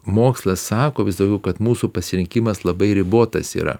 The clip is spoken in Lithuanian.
mokslas sako vis daugiau kad mūsų pasirinkimas labai ribotas yra